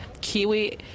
Kiwi